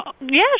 Yes